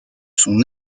son